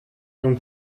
gant